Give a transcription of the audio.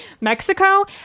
Mexico